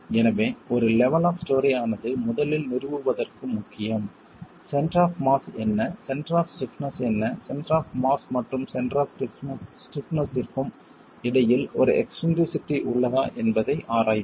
எனவே ஒரு level of ஸ்டோரே ஆனது முதலில் நிறுவுவதற்கு முக்கியம் சென்டர் ஆப் மாஸ் என்ன சென்டர் ஆப் ஸ்டிப்னஸ் என்ன சென்டர் ஆப் மாஸ் மற்றும் சென்டர் ஆப் ஸ்டிப்னஸ்ற்கும் இடையில் ஒரு எக்ஸ்ன்ட்ரிசிட்டி உள்ளதா என்பதை ஆராயுங்கள்